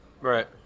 Right